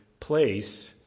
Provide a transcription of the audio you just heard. place